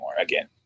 again